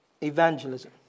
evangelism